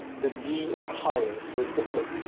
the d is higher. so it's the flip,